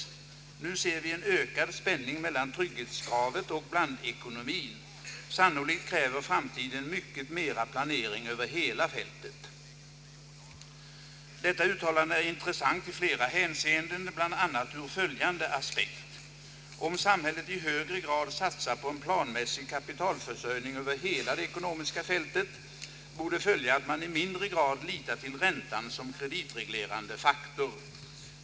Nu ser vi en ökad spänning mellan trygghetskravet och blandekonomien. Sannolikt kräver framtiden mycket mera planering över hela fältet.» Detta uttalande är intressant i flera hänseenden, bland annat ur följande aspekt: Om samhället i högre grad satsar på en planmässig kapitalförsörjning över hela det ekonomiska fältet borde följa att man i mindre grad litar till räntan som kreditreglerande faktor.